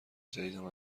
جدیدم